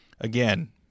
again